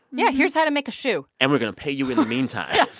yeah, here's how to make a shoe and we're going to pay you in the meantime.